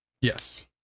Yes